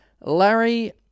Larry